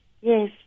Yes